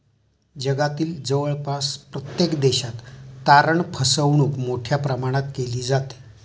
जगातील जवळपास प्रत्येक देशात तारण फसवणूक मोठ्या प्रमाणात केली जाते